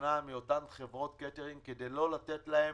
הזמנה מאותן חברות קייטרינג כדי לא לתת להן